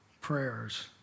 prayers